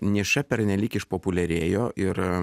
niša pernelyg išpopuliarėjo ir